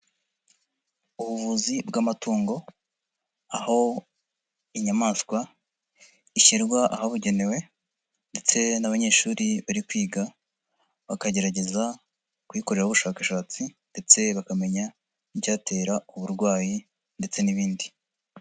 Ubuvuzi bw'amatungo, aho inyamaswa ishyirwa ahabugenewe ndetse n'abanyeshuri bari kwiga, bakagerageza kuyikoreraho ubushakashatsi ndetse bakamenya icyatera uburwayi ndetse n'ibindi.